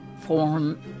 form